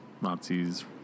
Nazis